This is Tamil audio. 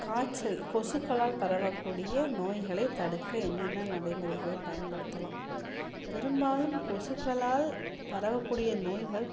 காய்ச்சல் கொசுக்களால் பரவக்கூடிய நோய்களைத் தடுக்க என்னென்ன நடைமுறைகளைப் பயன்படுத்தலாம் பெரும்பாலும் கொசுக்களால் பரவக்கூடிய நோய்கள்